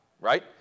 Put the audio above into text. right